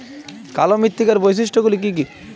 কালো মৃত্তিকার বৈশিষ্ট্য গুলি কি কি?